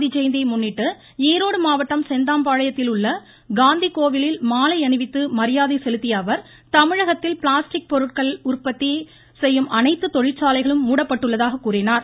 காந்தி ஜெயந்தியை முன்னிட்டு ஈரோடு மாவட்டம் செந்தாம் பாளையத்திலுள்ள காந்தி கோவிலில் மாலை அணிவித்து மரியாதை செலுத்திய அவர் தமிழகத்தில் பிளாஸ்டிக் பொருட்களை உற்பத்தி செய்யும் அனைத்து தொழிற்சாலைகளும் மூடப்பட்டுள்ளதாக கூறினார்